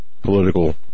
political